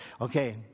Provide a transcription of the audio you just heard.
okay